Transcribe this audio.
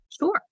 Sure